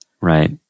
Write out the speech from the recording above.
Right